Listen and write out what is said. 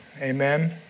Amen